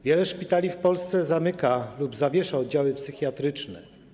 Wiele szpitali w Polsce zamyka lub zawiesza oddziały psychiatryczne.